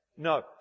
No